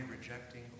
rejecting